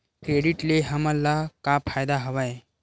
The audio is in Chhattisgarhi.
क्रेडिट ले हमन ला का फ़ायदा हवय?